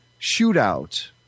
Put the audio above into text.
shootout